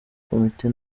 komite